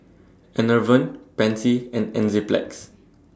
Enervon Pansy and Enzyplex